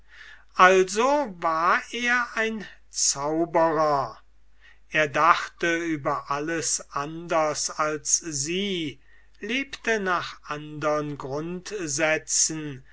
also war er ein zauberer er dachte über alles anders als sie lebte nach andern grundsätzen